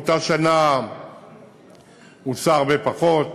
ובאותה שנה הוצא הרבה פחות.